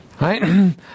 Right